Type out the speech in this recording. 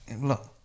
look